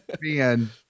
Man